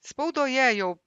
spaudoje jau